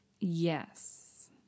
Yes